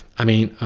i mean,